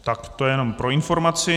Tak to jenom pro informaci.